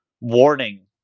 warning